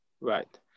right